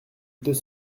deux